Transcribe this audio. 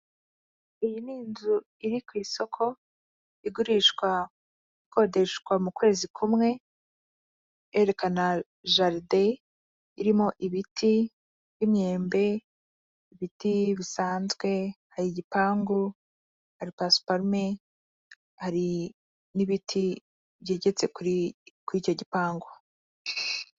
Iyi ni inzu iri ku isoko igurishwa ikodeshwa mu kwezi kumwe, yerekana jaridi irimo ibiti n'imyembe, ibiti bisanzwe hari igipangu hari pasiparume hari n'ibiti byegetse kuri icyo gipangu.